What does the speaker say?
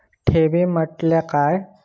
ठेवी म्हटल्या काय?